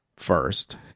first